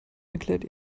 erklärt